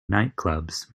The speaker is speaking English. nightclubs